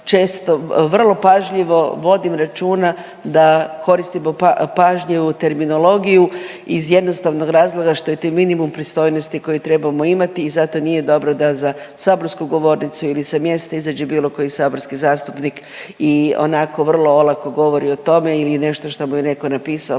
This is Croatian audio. često vrlo pažljivo vodim računa da koristimo pažnju u terminologiju iz jednostavnog razloga što je to minimum pristojnosti koju trebamo imati i zato nije dobro da za saborsku govornicu ili sa mjesta izađe bilo koji saborski zastupnik i onako vrlo olako govori o tome ili nešto što mu je neko napisao